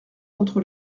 contre